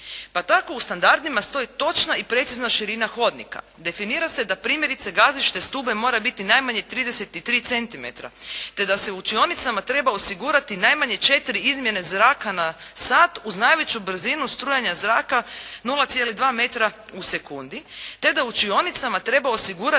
pa tako u standardima stoji točna i precizna širina hodnika. Definira se da primjerice gazište stube mora biti najmanje 33 centimetra, te da se u učionicama treba osigurati najmanje 4 izmjene zraka na sat uz najveću brzinu strujanja zraka 0,2 metra u sekundi, te da u učionicama treba osigurati